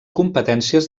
competències